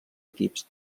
equips